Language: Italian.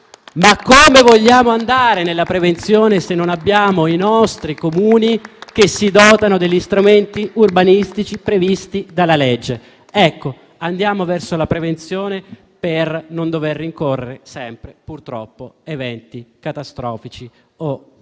Come vogliamo fare prevenzione se i nostri Comuni non si dotano degli strumenti urbanistici previsti dalla legge? Andiamo verso la prevenzione per non dover rincorrere sempre purtroppo eventi catastrofici o dannosi